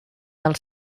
del